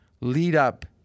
lead-up